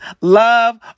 love